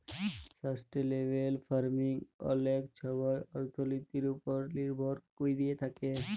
sustainable farming অলেক ছময় অথ্থলিতির উপর লির্ভর ক্যইরে থ্যাকে